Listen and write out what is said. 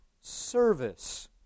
service